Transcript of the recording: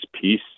peace